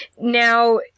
Now